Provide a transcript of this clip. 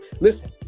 listen